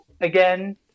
again